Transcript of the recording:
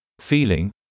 feeling